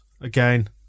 again